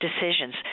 decisions